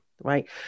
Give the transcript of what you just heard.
right